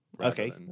okay